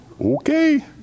Okay